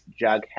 Jughead